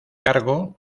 cargo